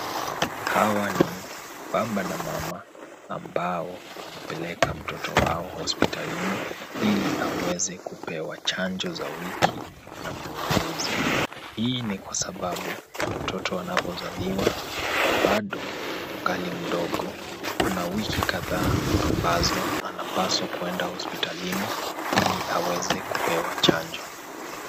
Hawa ni baba na mama ambao wamepeleka mtoto wao hospitalini ili aweze kupewa chanjo za wiki na muuguzi. Hii ni kwa sababu mtoto anapozaliwa na bado angali mdogo, kuna wiki kadhaa ambazo anapaswa kwenda hospitalini ili aweze kupewa chanjo.